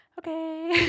Okay